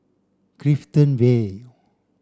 Clifton Vale